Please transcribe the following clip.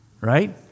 right